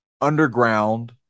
underground